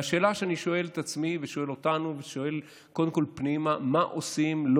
והשאלה שאני שואל את עצמי ושואל אותנו ושואל קודם כול פנימה: מה עושים?